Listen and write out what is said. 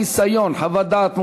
חסיון חוות דעת מומחה),